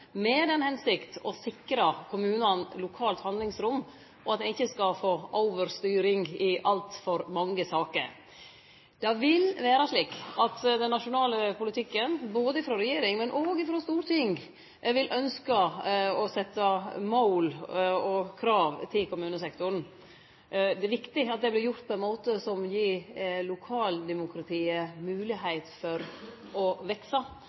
med det føremål å sikre kommunane lokalt handlingsrom og at dei ikkje skal få overstyring i altfor mange saker. Det vil vere slik at den nasjonale politikken, både frå regjering og frå storting, vil ynskje å setje mål og krav til kommunesektoren. Det er viktig at det vert gjort på ein måte som gir lokaldemokratiet moglegheit for å